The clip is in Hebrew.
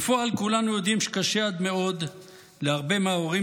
בפועל כולנו יודעים שקשה עד מאוד להרבה מההורים